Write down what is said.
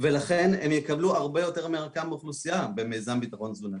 ולכן הן יקבלו הרבה יותר מערכן באוכלוסייה במיזם ביטחון תזונתי.